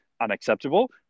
Unacceptable